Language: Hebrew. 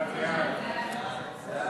ההצעה להעביר את הצעת